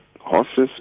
horses